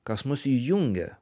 kas mus įjungia